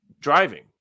driving